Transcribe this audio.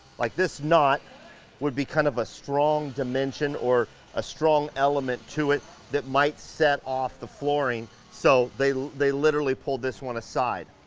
like this knot would be kind of a strong dimension or a strong element to it that might set off the flooring. so they they literally pulled this one aside.